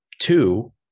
two